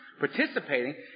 participating